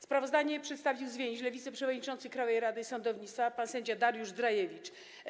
Sprawozdanie przedstawił zwięźle wiceprzewodniczący Krajowej Rady Sądownictwa pan sędzia Dariusz Drajewicz.